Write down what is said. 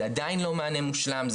זה עדיין לא מענה מושלם,